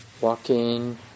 walking